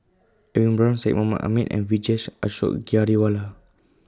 Edwin Brown Syed Mohamed Ahmed and Vijesh Ashok Ghariwala